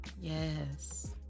Yes